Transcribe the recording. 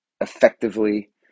effectively